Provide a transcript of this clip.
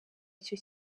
icyo